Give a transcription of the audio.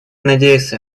надеется